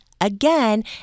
again